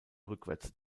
rückwärts